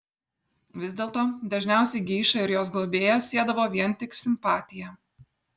vis dėlto dažniausiai geišą ir jos globėją siedavo vien tik simpatija